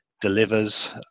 delivers